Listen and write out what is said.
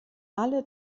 alle